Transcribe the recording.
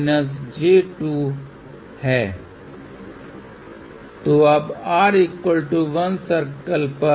अब पहली चीज जो हम यहां करने जा रहे हैं वह यह है कि हम मूल रूप से एक लुम्पढ तत्व मूल्यों को जोड़ रहे हैं जिसकी हमें गणना करने की आवश्यकता है